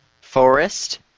Forest